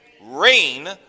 Rain